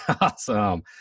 Awesome